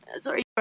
Sorry